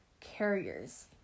carriers